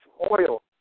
oil